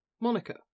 Monica